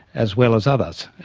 as well as others.